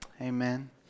Amen